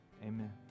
Amen